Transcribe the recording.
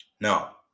Now